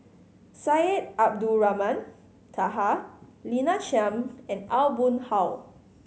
Syed Abdulrahman Taha Lina Chiam and Aw Boon Haw